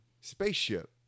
spaceship